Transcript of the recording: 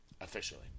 officially